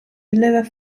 deliver